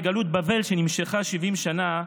לגלות בבל שנמשכה 70 שנה,